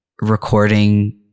recording